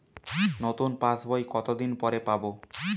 নতুন পাশ বই কত দিন পরে পাবো?